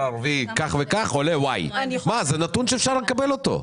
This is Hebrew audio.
ערבי עולה Y. זה נתון שאפשר לקבל אותו.